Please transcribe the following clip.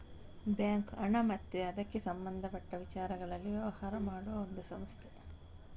bank ಹಣ ಮತ್ತೆ ಅದಕ್ಕೆ ಸಂಬಂಧಪಟ್ಟ ವಿಚಾರಗಳಲ್ಲಿ ವ್ಯವಹಾರ ಮಾಡುವ ಒಂದು ಸಂಸ್ಥೆ